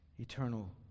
eternal